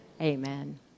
Amen